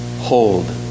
hold